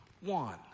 one